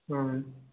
ହୁଁ